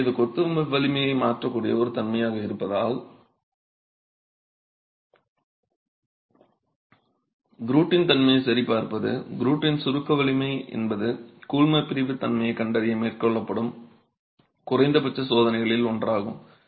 எனவே இது கொத்து வலிமையை மாற்றக்கூடிய ஒரு தன்மையாக இருப்பதால் க்ரூட்டின் தன்மையை சரிபார்ப்பது க்ரூட்டின் சுருக்க வலிமை என்பது கூழ்மப்பிரிப்பு தன்மையைக் கண்டறிய மேற்கொள்ளப்படும் குறைந்தபட்ச சோதனைகளில் ஒன்றாகும்